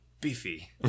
beefy